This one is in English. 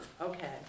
Okay